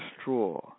straw